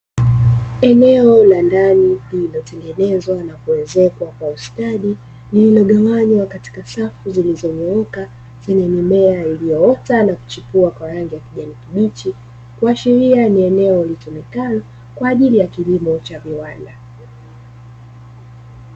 Eneo la ndani lililotengenezwa na kuezekwa kwa ustadi lililogawanywa katika safu zilizonyooka zenye mimea iliyoota na kuchipua kwa rangi ya kijani kibichi, kuashiria ni eneo litumikalo kwa ajili ya kilimo cha viwanda.